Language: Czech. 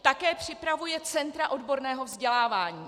Také připravuje centra odborného vzdělávání.